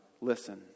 listen